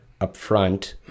upfront